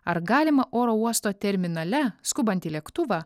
ar galima oro uosto terminale skubant į lėktuvą